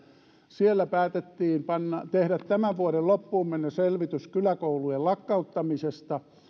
siellä päätettiin tehdä tämän vuoden loppuun mennessä selvitys kyläkoulujen lakkauttamisesta